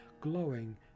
glowing